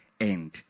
end